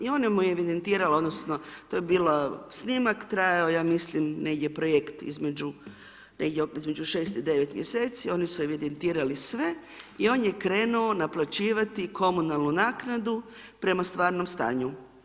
I ona mu je evidentirala odnosno to je bilo snimak, trajao je, ja mislim, negdje projekt između 6 i 9 mjeseci, oni su evidentirali sve i on je krenuo naplaćivati komunalnu naknadu prema stvarnom stanju.